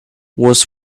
was